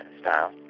style